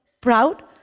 proud